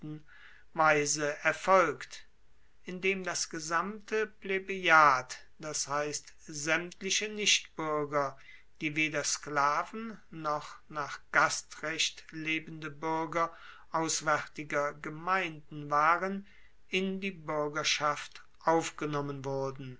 weise erfolgt indem das gesamte plebejat das heisst saemtliche nichtbuerger die weder sklaven noch nach gastrecht lebende buerger auswaertiger gemeinden waren in die buergerschaft aufgenommen wurden